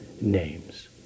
names